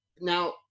Now